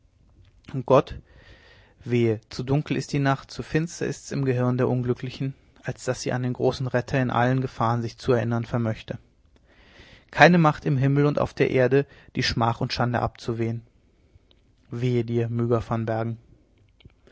gott wehe zu dunkel ist die nacht zu finster ist's im gehirn der unglücklichen als daß sie an den großen retter in allen gefahren sich zu erinnern vermöchte keine macht im himmel und auf der erde die schmach und schande abzuwehren wehe dir myga